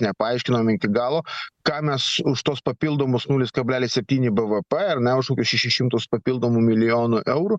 nepaaiškinom iki galo ką mes už tuos papildomus nulis kablelis septyni bvp ar ne už kokius šešis šimtus papildomų milijonų eurų